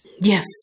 Yes